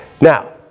Now